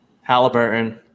Halliburton